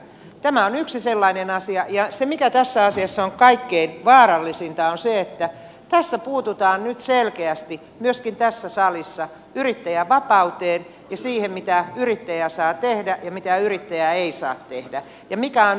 tämä on yksi sellainen asia ja se mikä tässä asiassa on kaikkein vaarallisinta on se että tässä puututaan nyt selkeästi myöskin tässä salissa yrittäjän vapauteen ja siihen mitä yrittäjä saa tehdä ja mitä yrittäjä ei saa tehdä ja mikä on yrittäjän työaika